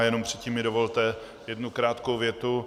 Jenom mi předtím dovolte jednu krátkou větu.